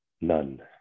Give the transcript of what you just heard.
None